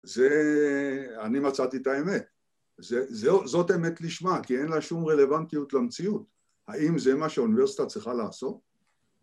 זה... אני מצאתי את האמת זאת אמת לשמה, כי אין לה שום רלוונטיות למציאות האם זה מה שאוניברסיטה צריכה לעשות?